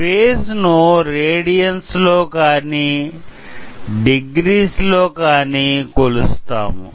phase ను radians లో కానీ డిగ్రీస్ లో కానీ కొలుస్తాము